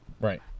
Right